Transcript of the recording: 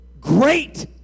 great